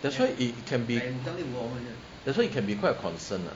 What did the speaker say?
that's why it can be that's why it can be quite a concern lah